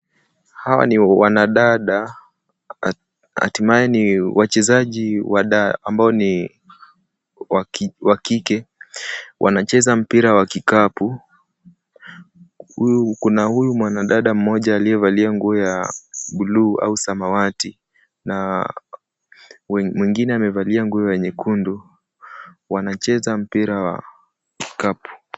Hawa ni wanadada, hatimaye ni wachezaji wa da ambao ni wakike; wanacheza mpira wa kikapu. Kuna huyu mwanadada mmoja aliyevalia nguo ya buluu au samawati na mwengine amevalia nguo ya nyekundu; wanacheza mpira wa kikapu.